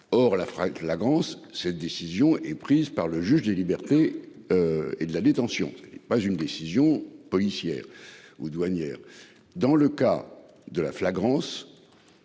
or la la grosse. Cette décision est prise par le juge des libertés. Et de la détention n'est pas une décision policière ou douanière. Dans le cas de la flagrance.